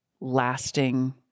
lasting